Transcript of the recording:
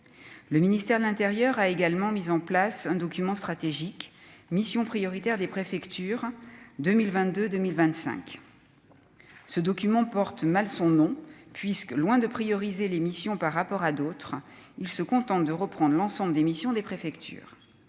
le ministère de l'Intérieur a également mis en place un document stratégique mission prioritaire des préfectures 2022 2025, ce document porte mal son nom puisque loin de prioriser l'émission par rapport à d'autres, il se contente de reprendre l'ensemble des missions des préfectures,